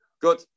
Good